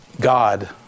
God